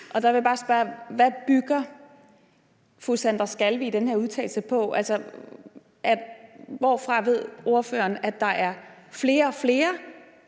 Der vil jeg bare spørge: Hvad bygger fru Sandra Elisabeth Skalvig den her udtalelse på? Altså, hvorfra ved ordføreren, at der er flere og flere,